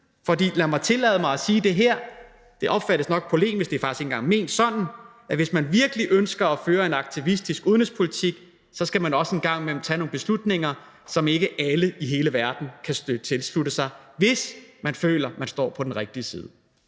For lad mig tillade mig at sige det her – det opfattes nok polemisk, men det er faktisk ikke engang ment sådan: Hvis man virkelig ønsker at føre en aktivistisk udenrigspolitik, skal man også en gang imellem tage nogle beslutninger, som ikke alle i hele verden kan tilslutte sig – hvis man føler, man står på den rigtige side.